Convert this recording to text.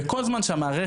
וכל זמן שהמערכת,